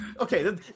Okay